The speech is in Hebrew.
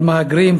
על מהגרים,